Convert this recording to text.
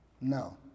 No